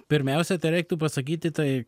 pirmiausia reiktų pasakyti tai